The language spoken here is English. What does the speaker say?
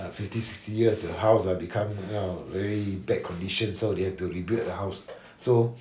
uh fifty sixty years the house ah become you know very bad condition so they have to rebuild the house so